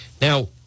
Now